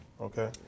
Okay